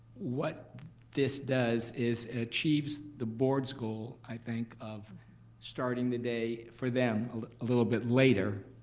what this does is achieves the board's goal i think of starting the day for them a little bit later,